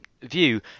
view